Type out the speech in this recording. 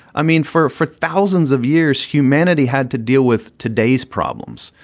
i mean, for for thousands of years, humanity had to deal with today's problems.